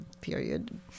period